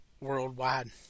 worldwide